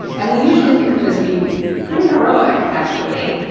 and we usually think of it as being pretty heroic actually.